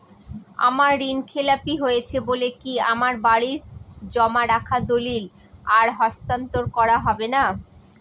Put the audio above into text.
আমার ঋণ খেলাপি হয়েছে বলে কি আমার বাড়ির জমা রাখা দলিল আর হস্তান্তর করা হবে না?